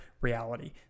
reality